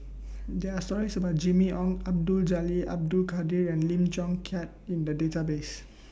There Are stories about Jimmy Ong Abdul Jalil Abdul Kadir and Lim Chong Keat in The Database